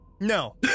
no